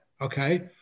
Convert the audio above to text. Okay